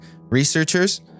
researchers